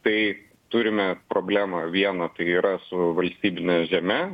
tai turime problemą vieną tai yra su valstybine žeme